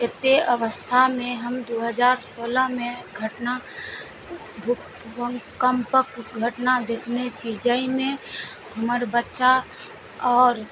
एते अवस्थामे हम दू हजार सोलहमे घटना भूकम्पक घटना देखने छी जाहिमे हमर बच्चा आओर